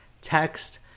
text